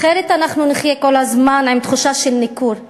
אחרת אנחנו נחיה כל הזמן בתחושה של ניכור מעמיק.